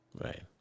Right